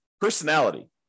personality